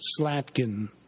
Slatkin